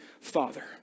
Father